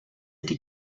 die